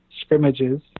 scrimmages